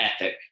ethic